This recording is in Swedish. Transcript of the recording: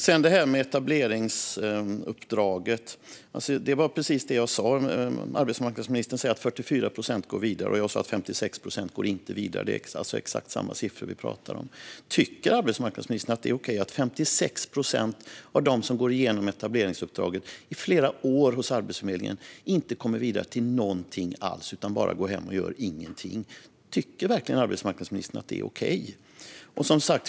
När det gäller etableringsuppdraget är det precis som jag sa. Arbetsmarknadsministern säger att 44 procent går vidare, medan jag sa att 56 procent inte går vidare. Det är alltså exakt samma siffror vi pratar om. Tycker arbetsmarknadsministern verkligen att det är okej att 56 procent av dem som går igenom etableringsuppdraget i flera år hos Arbetsförmedlingen inte kommer vidare till någonting alls utan bara går hem och gör ingenting?